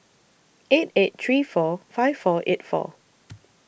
eight eight three four five four eight four